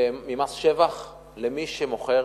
ממס שבח למי שמוכר